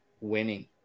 winning